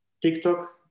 TikTok